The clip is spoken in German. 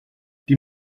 die